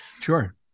Sure